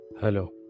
Hello